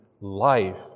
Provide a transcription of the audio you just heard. life